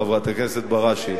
חברת הכנסת בראשי,